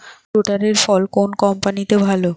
রোটারের ফল কোন কম্পানির ভালো?